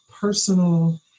personal